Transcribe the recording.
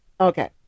Okay